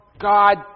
God